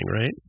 right